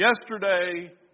Yesterday